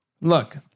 Look